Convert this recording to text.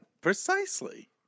Precisely